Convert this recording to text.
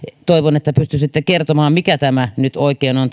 toivon että pystyisitte kertomaan mikä tämä suositus nyt oikein on